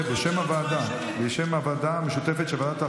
בשם הוועדה המשותפת של ועדת החוקה,